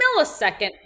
millisecond